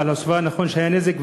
אבל נכון שהיה נזק,